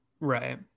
right